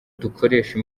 dukoresha